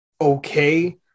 okay